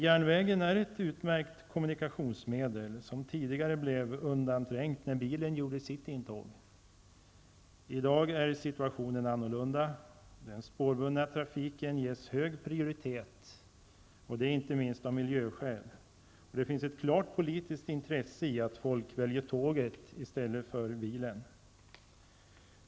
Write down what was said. Järnvägen är ett utmärkt kommunikationsmedel, som tidigare blev undanträngt när bilen gjorde sitt intåg. I dag är situationen en annan. Den spårbundna trafiken ges hög prioritet, inte minst av miljöskäl. Det finns ett klart politiskt intresse i att folk väljer tåget i stället för bilen.